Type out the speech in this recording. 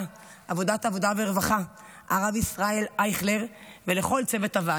העבודה והרווחה הרב ישראל אייכלר ולכל צוות הוועדה.